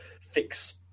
fix